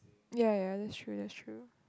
ya ya that's true that's true